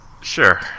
Sure